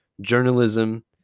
journalism